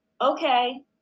Okay